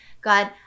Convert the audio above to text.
God